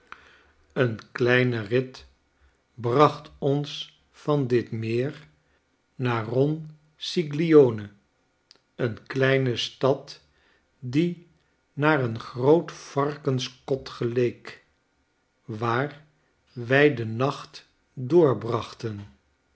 een kleine rit bracht ons van dit meer naar ronciglione eene kleine stad die naar een groot varkenskot geleek waar wij den nacht